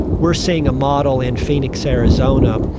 we are seeing a model in phoenix, arizona,